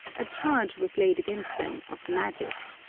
a charge was laid against them of magic.